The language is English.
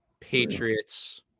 Patriots